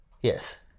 Yes